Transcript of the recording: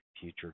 future